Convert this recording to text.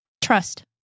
Trust